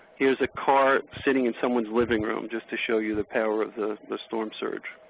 here's a car sitting in someone's living room, just to show you the power of the the storm surge.